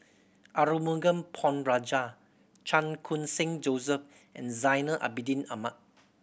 Arumugam Ponnu Rajah Chan Khun Sing Joseph and Zainal Abidin Ahmad